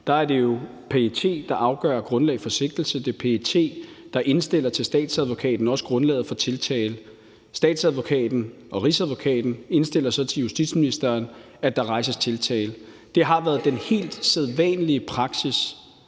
er det jo PET, der afgør grundlaget for sigtelse. Det er PET, der indstiller til statsadvokaten – også grundlaget for tiltale. Statsadvokaten og Rigsadvokaten indstiller så til justitsministeren, at der rejses tiltale. Det har været den helt sædvanlige praksis